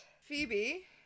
Phoebe